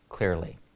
clearly